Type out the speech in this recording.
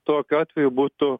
tokiu atveju būtų